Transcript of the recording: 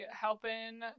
helping